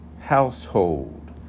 household